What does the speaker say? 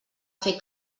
fer